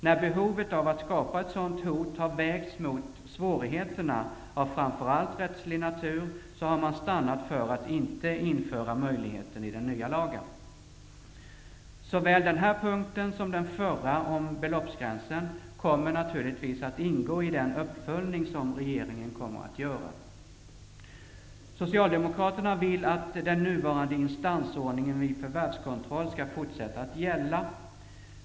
När behovet av att skapa ett sådant ''hot'' har vägts mot svårigheterna av framför allt rättslig natur har man stannat för att inte införa möjligheten i den nya lagen. Såväl den här punkten som den förra om beloppsgränsen kommer naturligtvis att ingå i den uppföljning som regeringen kommer att göra. Socialdemokraterna vill att den nuvarande instansordningen vid förvärvskontroll skall fortsätta att gälla.